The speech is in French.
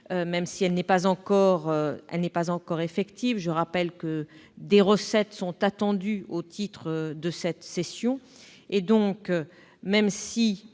même si elle n'est pas encore effective. Je rappelle que des recettes sont attendues au titre de cette cession. Même si